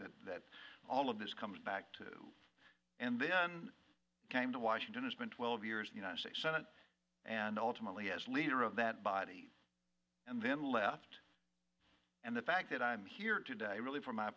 that that all of this comes back to and then came to washington it's been twelve years the united states senate and ultimately as leader of that body and then left and the fact that i'm here today really from my